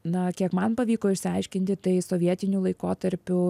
na kiek man pavyko išsiaiškinti tai sovietiniu laikotarpiu